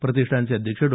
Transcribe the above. प्रतिष्ठानचे अध्यक्ष डॉ